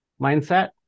mindset